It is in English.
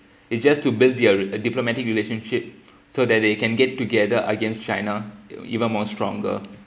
it's just to build their a diplomatic relationship so that they can get together against china even more stronger